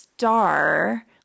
Star